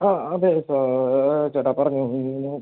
ആ അതെ ചേട്ടാ പറഞ്ഞോ എന്തേനു